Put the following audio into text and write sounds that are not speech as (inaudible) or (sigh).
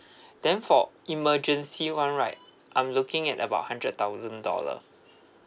(breath) then for emergency one right I'm looking at about hundred thousand dollar